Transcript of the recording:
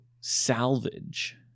salvage